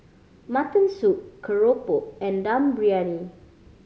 mutton soup keropok and Dum Briyani